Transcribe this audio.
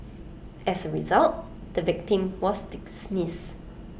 as A result the victim was